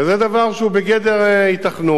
וזה דבר שהוא בגדר היתכנות,